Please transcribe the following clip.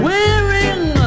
Wearing